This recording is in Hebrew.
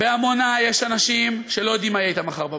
בעמונה יש אנשים שלא יודעים מה יהיה אתם מחר בבוקר.